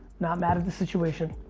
not mad at the situation,